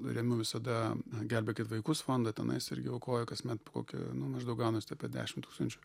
remiu visada gelbėkit vaikus fondą tenais irgi aukoju kasmet po kokia maždaug gaunas apie dešimt tūkstančių